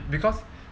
because